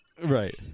Right